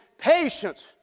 Patience